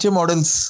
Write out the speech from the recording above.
models